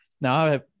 Now